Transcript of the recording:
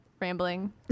rambling